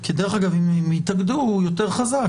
כי דרך אגב אם הם יתאגדו יותר חזק,